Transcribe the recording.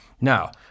Now